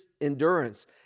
endurance